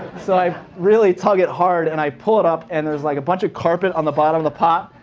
so i really tug it hard, and i pull it up. and there's like a bunch of carpet on the bottom of the pot,